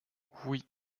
oui